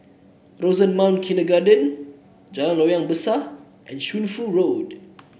Rosemount Kindergarten Jalan Loyang Besar and Shunfu Road